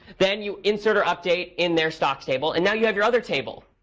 then, you insert or update in their stocks table. and now, you have your other table.